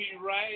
right